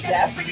Yes